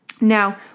Now